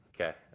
Okay